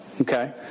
okay